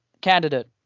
candidate